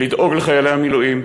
לדאוג לחיילי המילואים,